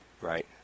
right